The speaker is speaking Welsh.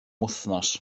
wythnos